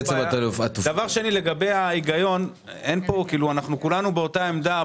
דבר שני, כולנו באותה עמדה.